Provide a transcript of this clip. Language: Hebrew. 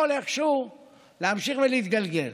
יכול איכשהו להמשיך להתגלגל.